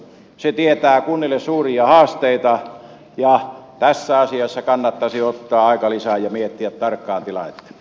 se tietää kunnille suuria haasteita ja tässä asiassa kannattaisi ottaa aikalisä ja miettiä tarkkaan tilannetta